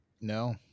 No